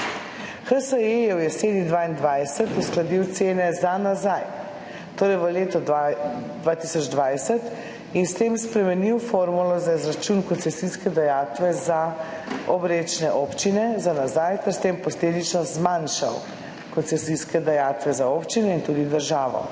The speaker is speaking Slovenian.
HSE je v jeseni 2022 uskladil cene za nazaj, torej v letu 2020, in s tem spremenil formulo za izračun koncesijske dajatve za obrečne občine za nazaj ter s tem posledično zmanjšal koncesijske dajatve za občine in tudi državo.